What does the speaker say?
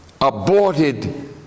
aborted